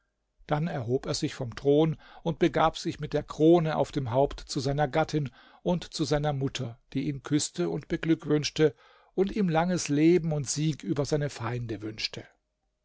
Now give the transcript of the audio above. dann erhob er sich vom thron und begab sich mit der krone auf dem haupt zu seiner gattin und zu seiner mutter die ihn küßte und beglückwünschte und ihm langes leben und sieg über seine feinde wünschte